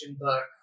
book